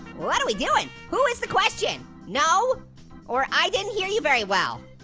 what are we doing? who is the question? no or i didn't hear you very well.